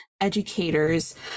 educators